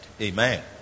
Amen